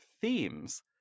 themes